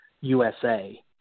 USA